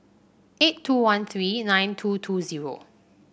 eight two one three nine two two zero